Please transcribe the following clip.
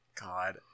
God